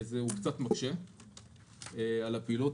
שזה קצת מקשה על הפעילות.